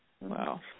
Wow